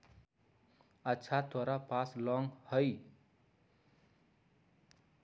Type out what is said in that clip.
अच्छा तोरा पास लौंग हई?